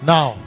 Now